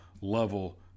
level